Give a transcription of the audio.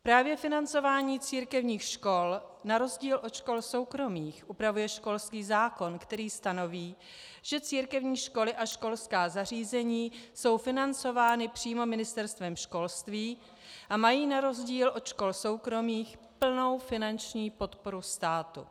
Právě financování církevních škol na rozdíl od škol soukromých upravuje školský zákon, který stanoví, že církevní školy a školská zařízení jsou financovány přímo Ministerstvem školství a mají na rozdíl od škol soukromých plnou finanční podporu státu.